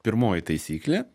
pirmoji taisyklė